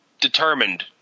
determined